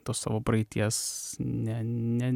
tos savo praeities ne ne